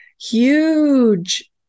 huge